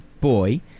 boy